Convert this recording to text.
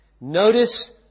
Notice